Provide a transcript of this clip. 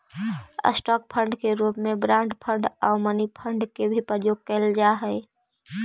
stock fund के रूप में बॉन्ड फंड आउ मनी फंड के भी प्रयोग कैल जा हई